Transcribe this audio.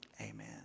Amen